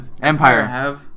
Empire